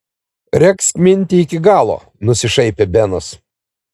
regzk mintį iki galo nusišaipė benas